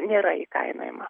nėra įkainojama